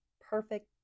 perfect